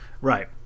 Right